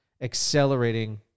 accelerating